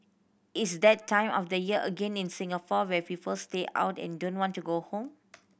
it's that time of the year again in Singapore where people stay out and don't want to go home